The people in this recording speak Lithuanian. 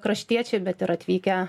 kraštiečiai bet ir atvykę